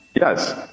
Yes